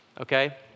okay